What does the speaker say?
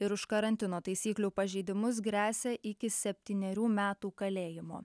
ir už karantino taisyklių pažeidimus gresia iki septynerių metų kalėjimo